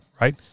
right